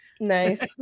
Nice